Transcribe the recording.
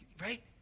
right